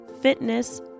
fitness